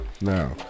Now